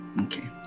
Okay